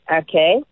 Okay